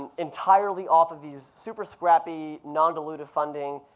entirely off of these super scrappy, non-diluted funding,